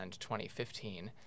2015